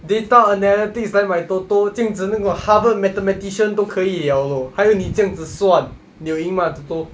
data analytics 来买 TOTO 这样子那种 harvard mathematician 都可以 liao lor 还有你这样算你有赢吗 TOTO